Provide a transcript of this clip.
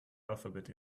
alphabet